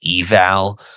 eval